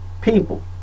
people